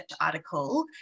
article